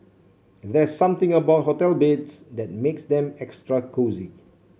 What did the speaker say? there's something about hotel beds that makes them extra cosy